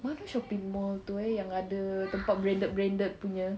mana shopping mall tu eh yang ada tempat branded branded punya